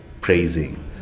praising